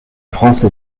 france